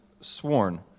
sworn